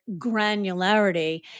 granularity